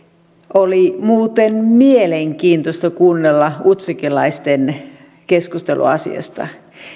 oli muuten mielenkiintoista kuunnella utsjokelaisten keskustelua asiasta